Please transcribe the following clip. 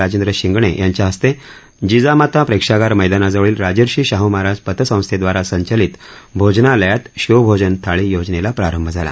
राजेंद्र शिंगणे यांच्याहस्ते जिजामाता प्रेक्षागार मैदानाजवळील राजर्षी शाहू महाराज पतसंस्थाद्वारा संचलीत भोजनालयात शिव भोजन थाळी योजनेला प्रारंभ झाला